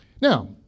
Now